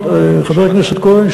חבר הכנסת כהן,